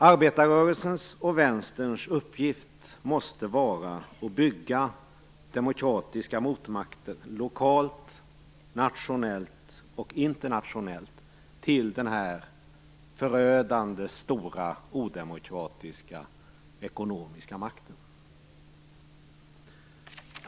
Arbetarrörelsens och vänsterns uppgift måste vara att bygga demokratiska motmakter lokalt, nationellt och internationellt till den här förödande stora odemokratiska ekonomiska makten.